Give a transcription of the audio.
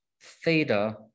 theta